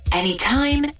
anytime